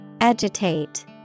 Agitate